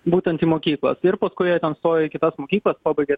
būtent į mokyklas ir paskui jie ten stoja į kitas mokyklas pabaigia